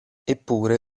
eppure